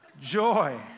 joy